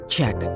Check